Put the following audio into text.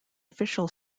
official